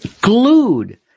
Glued